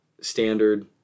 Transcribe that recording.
standard